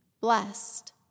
blessed